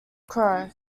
crow